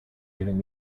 giving